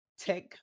tech